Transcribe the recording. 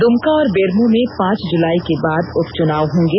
दुमका और बेरमो में पांच जुलाई के बाद उपचुनाव होंगे